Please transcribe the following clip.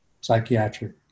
psychiatric